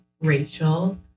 Rachel